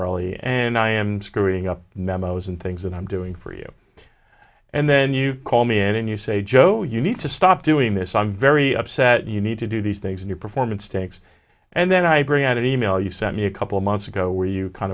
early and i am screwing up memos and things that i'm doing for you and then you call me and then you say joe you need to stop doing this i'm very upset you need to do these things in your performance tanks and then i bring out an e mail you sent me a couple of months ago where you kind